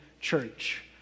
church